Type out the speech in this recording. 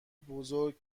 بزرگ